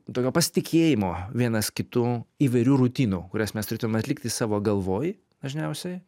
tokio pasitikėjimo vienas kitu įvairių rutinų kurias mes turėtume atlikti savo galvoj dažniausiai